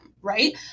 right